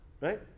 Right